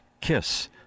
KISS